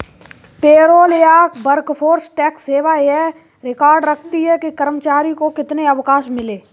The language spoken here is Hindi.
पेरोल या वर्कफोर्स टैक्स सेवा यह रिकॉर्ड रखती है कि कर्मचारियों को कितने अवकाश मिले